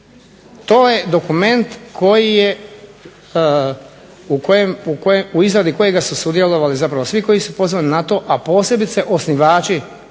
To je dokument u izradi kojeg su sudjelovali zapravo svi koji su pozvani na to a posebice osnivači